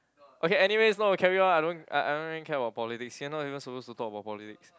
okay anyways not to carry on I don't I I don't even care about politics you're even supposed to talk about politics